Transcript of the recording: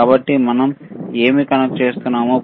కాబట్టి మనం ఏమి కనెక్ట్ చేస్తున్నాము